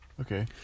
Okay